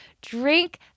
Drink